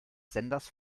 senders